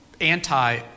anti